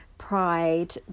pride